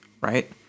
right